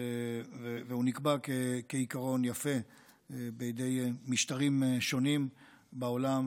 וזה נקבע כעיקרון יפה בידי משטרים שונים בעולם,